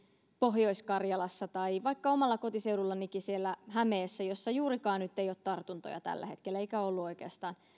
pohjois karjalassa tai vaikka omalla kotiseudullanikin hämeessä jossa ei ole juurikaan tartuntoja nyt tällä hetkellä eikä ole ollut oikeastaan